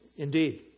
Indeed